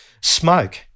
smoke